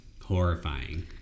Horrifying